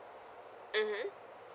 mmhmm